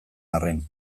arren